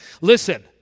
Listen